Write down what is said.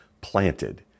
planted